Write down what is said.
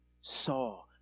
saw